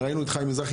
ראינו את חיים מזרחי,